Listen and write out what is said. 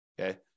okay